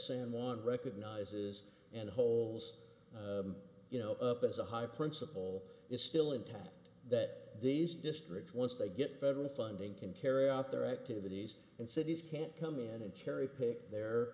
on recognizes and holes you know up as a high principle is still intact that these districts once they get federal funding can carry out their activities and cities can't come in and cherry pick their